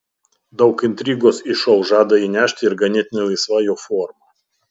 daug intrigos į šou žada įnešti ir ganėtinai laisva jo forma